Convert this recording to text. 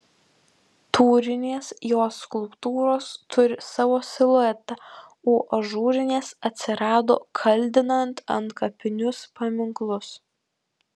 tūrinės jo skulptūros turi savo siluetą o ažūrinės atsirado kaldinant antkapinius paminklus